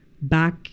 back